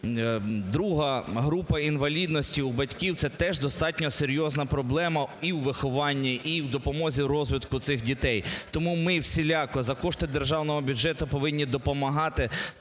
ІІ група інвалідності у батьків – це теж достатньо серйозна проблема і у вихованні, і в допомозі розвитку цих дітей. Тому ми всіляко за кошти державного бюджету повинні допомагати, в тому